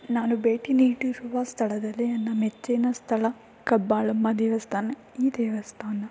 ನಾನು ಭೇಟಿ ನೀಡಿರುವ ಸ್ಥಳದಲ್ಲಿ ನನ್ನ ಮೆಚ್ಚಿನ ಸ್ಥಳ ಕಬ್ಬಾಳಮ್ಮ ದೇವಸ್ಥಾನ ಈ ದೇವಸ್ಥಾನ